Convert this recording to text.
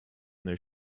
their